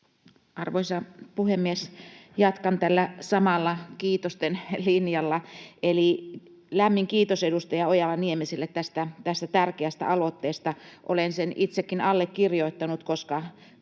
Arvoisa puhemies! Jatkan tällä samalla kiitosten linjalla, eli lämmin kiitos edustaja Ojala-Niemelälle tästä tärkeästä aloitteesta. Olen sen itsekin allekirjoittanut, koska